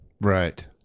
right